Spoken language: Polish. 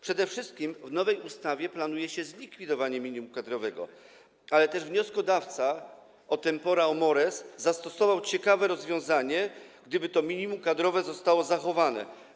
Przede wszystkim w nowej ustawie planuje się zlikwidowanie minimum kadrowego, ale też wnioskodawca - o tempora, o mores! - zastosował ciekawe rozwiązanie, gdyby to minimum kadrowe zostało zachowane.